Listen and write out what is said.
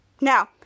now